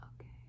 Okay